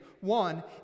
One